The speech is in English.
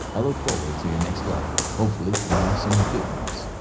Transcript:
i look forward to your next letter. hopefully you have some good news.